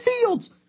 Fields